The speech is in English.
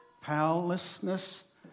powerlessness